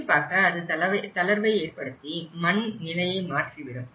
கண்டிப்பாக அது தளர்வை ஏற்படுத்தி மண் நிலையை மாற்றிவிடும்